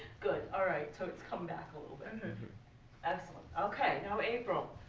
good. all right, so it's come back a little. excellent. ok, now april.